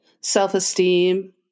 self-esteem